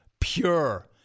pure